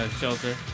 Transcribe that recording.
shelter